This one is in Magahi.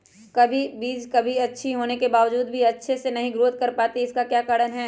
कभी बीज अच्छी होने के बावजूद भी अच्छे से नहीं ग्रोथ कर पाती इसका क्या कारण है?